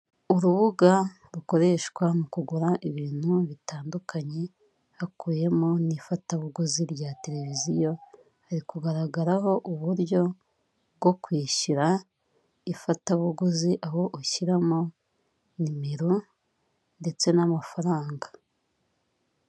Urubuga rukoreshwa mu kugura ibintu bitandukanye hakubiyemo n'ifatabuguzi rya tereviziyo, hari kugaragaraho uburyo bwo kwishyura ifatabuguzi, aho ushyiramo nimero ndetse n'amafaranga.